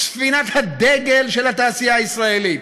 היא ספינת הדגל של התעשייה הישראלית.